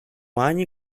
ani